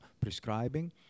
prescribing